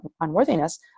unworthiness